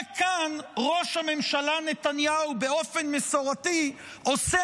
רק כאן ראש הממשלה נתניהו באופן מסורתי עושה